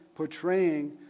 portraying